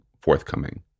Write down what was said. forthcoming